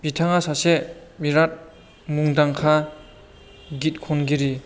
बिथाङा सासे बेराद मुंदांखा गित खनगिरि